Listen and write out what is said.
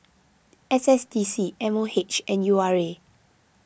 S S D C M O H and U R A